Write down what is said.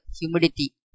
humidity